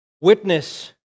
Witness